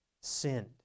sinned